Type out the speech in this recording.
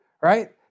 right